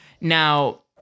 Now